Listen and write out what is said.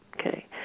Okay